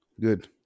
Good